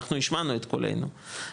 אנחנו השמענו את קולנו,